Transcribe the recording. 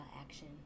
action